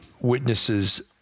witnesses